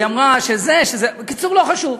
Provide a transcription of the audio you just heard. והיא אמרה שזה, בקיצור, לא חשוב.